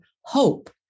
hope